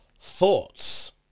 Thoughts